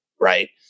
right